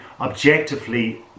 objectively